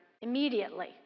immediately